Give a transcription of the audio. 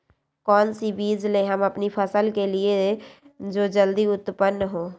कौन सी बीज ले हम अपनी फसल के लिए जो जल्दी उत्पन हो?